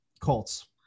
Colts